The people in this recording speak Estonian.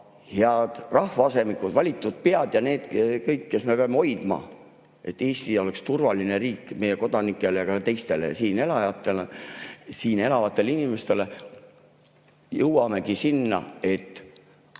head rahvaasemikud, valitud pead, kes me peame hoidma, et Eesti oleks turvaline riik meie kodanikele ja teistele siin elavatele inimestele, jõuamegi sinna, et